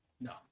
No